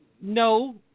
no